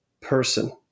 person